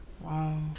Wow